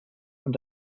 und